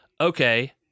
okay